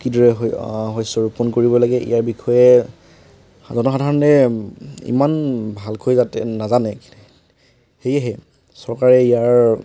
কি দৰে শষ্য ৰুপন কৰিব লাগে ইয়াৰ বিষয়ে জনসাধাৰণে ইমান ভালকৈ ইয়াত নাজানে সেয়েহে চৰকাৰে ইয়াৰ